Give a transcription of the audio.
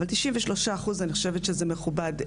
אבל 93 אחוז, אני חושבת שזה מכובד.